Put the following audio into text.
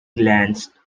glanced